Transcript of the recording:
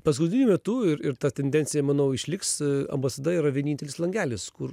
paskutiniu metu ir ir ta tendencija manau išliks ambasada yra vienintelis langelis kur